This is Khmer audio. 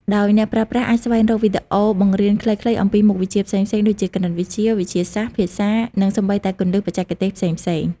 ដោយអ្នកប្រើប្រាស់អាចស្វែងរកវីដេអូបង្រៀនខ្លីៗអំពីមុខវិជ្ជាផ្សេងៗ ដូចជាគណិតវិទ្យា វិទ្យាសាស្ត្រ ភាសា និងសូម្បីតែគន្លឹះបច្ចេកទេសផ្សេងៗ។